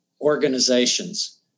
organizations